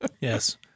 Yes